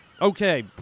Okay